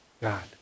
God